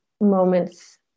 moments